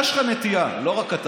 אתה, יש לך נטייה, לא רק אתה,